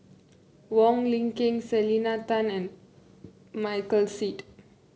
Wong Lin Ken Selena Tan and Michael Seet